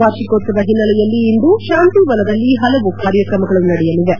ವಾರ್ಷಿಕೋತ್ವವ ಹಿನ್ನೆಲೆಯಲ್ಲಿ ಇಂದು ಶಾಂತಿವನದಲ್ಲಿ ಹಲವು ಕಾರ್ಯಕ್ರಮಗಳು ನಡೆಯಲಿವೆ